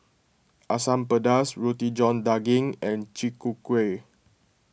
Asam Pedas Roti John Daging and Chi Kak Kuih